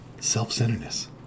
Self-centeredness